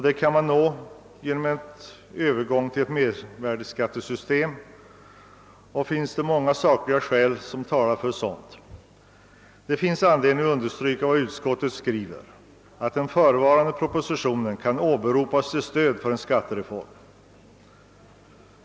Detta kan nås genom övergång till ett mervärdeskattesystem, och det finns många sakliga skäl som talar för ett sådant. Det finns anledning att understryka vad utskottet skriver, »att den förevarande propositionen kan åberopas till stöd för en skattereform».